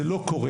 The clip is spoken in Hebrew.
זה לא קורה,